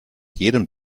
jedem